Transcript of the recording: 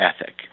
ethic